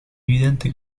evidente